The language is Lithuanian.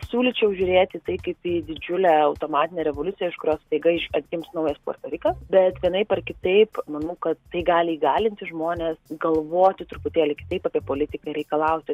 siūlyčiau žiūrėti tai kaip į didžiulę automatinę revoliuciją iš kurios staiga iš atgims naujas puerto rikas bet vienaip ar kitaip manau kad tai gali įgalinti žmones galvoti truputėlį kitaip apie politiką reikalauti